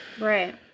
right